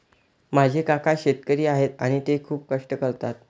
माझे काका शेतकरी आहेत आणि ते खूप कष्ट करतात